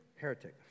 Heretic